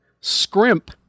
Scrimp